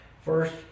First